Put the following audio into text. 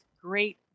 great